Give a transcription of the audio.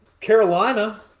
Carolina